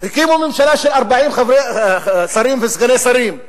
הקימו ממשלה של 40 שרים וסגני שרים,